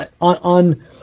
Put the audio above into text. on